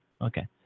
Okay